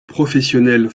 professionnelles